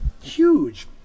huge